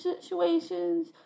situations